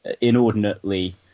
inordinately